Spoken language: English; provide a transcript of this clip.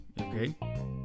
okay